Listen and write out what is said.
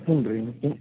ಹ್ಞೂ ರೀ ಮತ್ತೆ